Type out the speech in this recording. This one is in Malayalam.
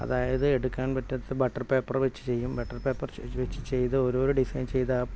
അതായത് എടുക്കാൻ പറ്റാത്ത ബട്ടർ പേപ്പർ വെച്ച് ചെയ്യും ബട്ടർ പേപ്പർ വെച്ച് ചെയ്ത് ഓരൊരോ ഡിസൈൻ ചെയ്ത്